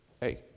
hey